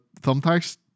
thumbtacks